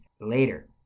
later